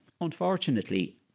Unfortunately